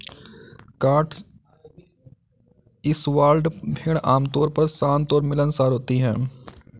Cotswold भेड़ आमतौर पर शांत और मिलनसार होती हैं